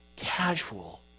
casual